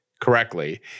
correctly